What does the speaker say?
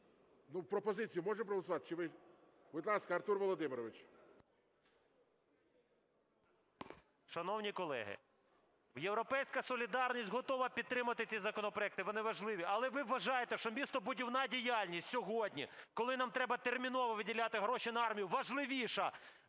Пропозицію можна проголосувати? Будь ласка, Артур Володимирович. 14:18:20 ГЕРАСИМОВ А.В. Шановні колеги, "Європейська солідарність" готова підтримати ці законопроекти, вони важливі. Але ви вважаєте, що містобудівна діяльність сьогодні, коли нам треба терміново виділяти гроші на армію, важливіша